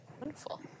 Wonderful